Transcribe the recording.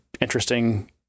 interesting